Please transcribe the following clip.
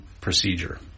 procedure